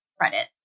credit